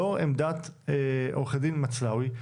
לאור עמדת עו"ד מצלאוי,